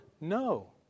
No